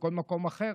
בכל מקום אחר,